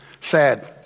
Sad